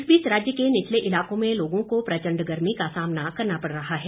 इस बीच राज्य के निचले इलाकों में लोगों को प्रचंड गर्मी का सामना करना पड़ रहा है